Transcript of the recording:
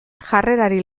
jarrerari